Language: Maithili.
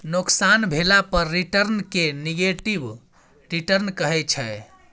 नोकसान भेला पर रिटर्न केँ नेगेटिव रिटर्न कहै छै